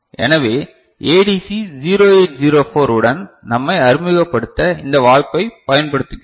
எனவே ADC 0804 உடன் நம்மை அறிமுகப்படுத்த இந்த வாய்ப்பைப் பயன்படுத்துகிறோம்